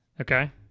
Okay